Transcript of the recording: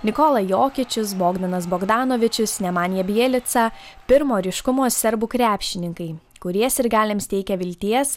nikola jokičius bogdanas bogdanovičius nemanija bjelica pirmo ryškumo serbų krepšininkai kurie sirgaliams teikia vilties